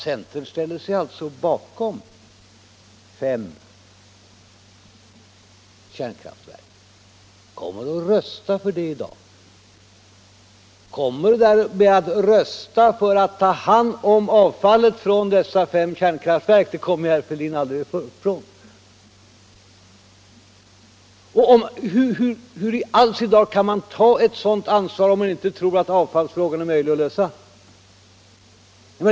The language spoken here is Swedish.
Centern ställer sig bakom fem kärnkraftverk och kommer att rösta för dem i dag. Centern kommer därmed att rösta för att ta hand om avfallet från dessa fem kärnkraftverk; det kan herr Fälldin aldrig komma ifrån. Hur i all sin dar kan man ta ett sådant ansvar, om man inte tror att avfallsfrågorna är möjliga att lösa?